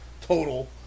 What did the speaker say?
total